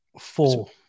Four